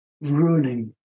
ruining